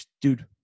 Dude